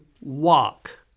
walk